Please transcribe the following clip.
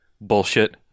bullshit